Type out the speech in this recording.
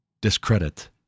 discredit